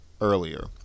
earlier